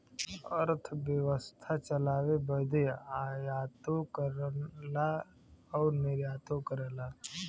अरथबेवसथा चलाए बदे आयातो करला अउर निर्यातो करला